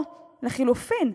או לחלופין,